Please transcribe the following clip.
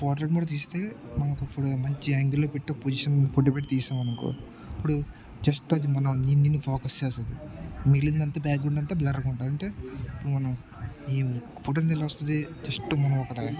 portrait కూడా తీస్తే మనకు కూడా మంచి యాంగిల్లో పెట్టి ఒక పొజిషన్ ఫోటో పెట్టి తీస్తాం అనుకో ఇప్పుడు జస్ట్ అది మనం దీన్ని ఫోకస్ చేస్తుంది మిగిలింది అంతా బ్యాక్గ్రౌండ్ అంతా బ్లర్గా ఉంటుంది అంటే ఇప్పుడు మనం ఈ ఫోటోని ఎలా వస్తుంది జస్ట్ మనం ఒకటి